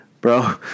bro